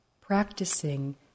practicing